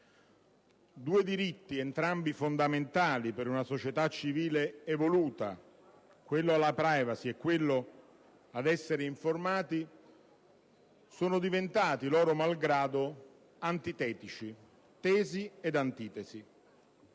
due diritti, entrambi fondamentali per una società civile evoluta, quello alla *privacy* e quello ad essere informati, sono diventati, loro malgrado, antitetici: tesi ed antitesi.